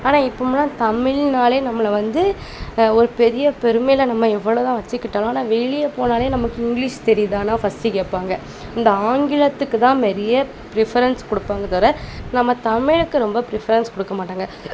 ஆனால் இப்போமெல்லாம் தமிழ்னாலே நம்மளை வந்து ஒரு பெரிய பெருமையில நம்ம எவ்வளோதான் வச்சிக்கிட்டாலும் ஆனால் வெளியே போனாலே நமக்கு இங்கிலீஷ் தெரியுதான்னா ஃபர்ஸ்ட்டு கேட்பாங்க இந்த ஆங்கிலத்துக்குதான் நிறைய ப்ரிஃபரன்ஸ் கொடுப்பாங்க தவர நம்ம தமிழுக்கு ரொம்ப ப்ரிஃபரன்ஸ் கொடுக்க மாட்டாங்கள்